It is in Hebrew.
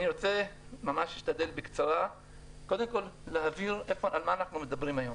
אני רוצה להבהיר בקצרה על מה אנחנו מדברים היום.